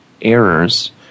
errors